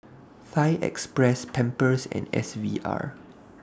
Fine Express Pampers and S V R